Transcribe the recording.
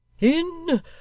In